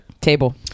table